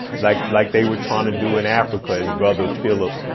like like they were trying to do an africa, his brother philip,